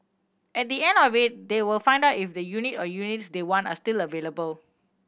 at the end of it they will find out if the unit or units they want are still available